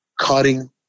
cutting